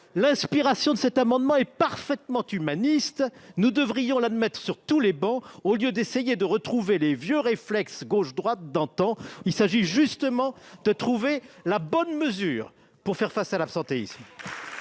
l'inspiration de cet amendement est parfaitement humaniste. Oh ! Nous devrions l'admettre sur toutes les travées au lieu de réactiver les vieux réflexes gauche-droite d'antan. Il s'agit simplement de trouver la bonne mesure pour faire face à l'absentéisme.